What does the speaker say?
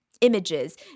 images